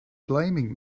blaming